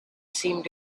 seemed